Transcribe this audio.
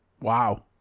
Wow